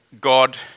God